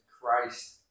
christ